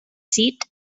seat